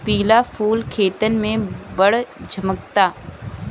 पिला फूल खेतन में बड़ झम्कता